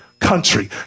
country